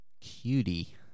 cutie